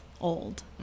old